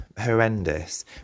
horrendous